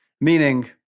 Meaning